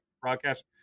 broadcast